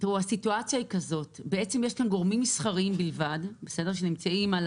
הסיטואציה היא שבעצם יש כאן גורמים מסחריים בלבד שנמצאים על